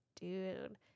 Dude